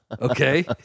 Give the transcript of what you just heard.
okay